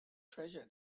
treasure